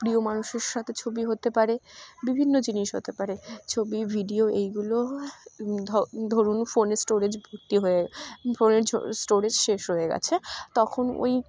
প্রিয় মানুষের সাথে ছবি হতে পারে বিভিন্ন জিনিস হতে পারে ছবি ভিডিও এইগুলো ধরুন ফোনের স্টোরেজ ভর্তি হয়ে ফোনের স্টোরেজ শেষ হয়ে গেছে তখন ওই